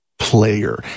player